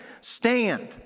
stand